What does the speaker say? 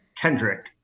Kendrick